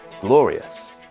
glorious